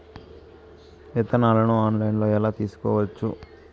విత్తనాలను ఆన్లైన్లో ఎలా తీసుకోవచ్చు